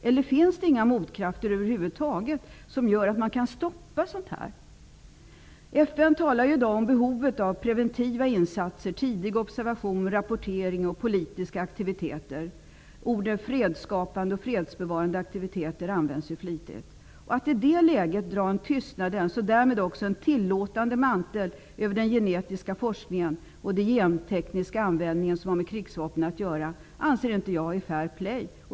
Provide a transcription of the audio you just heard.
Eller finns det inga motkrafter över huvud taget som gör att man kan stoppa sådant här? FN talar i dag om behovet av preventiva insatser, tidig observation, rapportering och politiska aktiviteter. Orden fredsskapande och fredsbevarande aktiviteter används flitigt. Att i det läget dra en tystnadens och därmed också en tillåtande mantel över den genetiska forskningen och den gentekniska användning som har med krigsvapen att göra anser inte jag vara fair play.